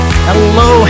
Hello